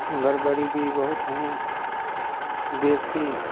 एमहर गरीबी बहुत ही बेसी